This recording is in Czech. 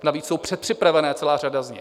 Navíc jsou předpřipravené, celá řada z nich.